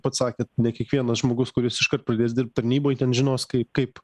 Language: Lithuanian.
pats sakėt ne kiekvienas žmogus kuris iškart pradės dirbt tarnyboj ten žinos kai kaip